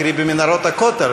קרי במנהרות הכותל,